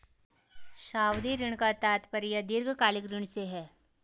सावधि ऋण का तात्पर्य दीर्घकालिक ऋण से है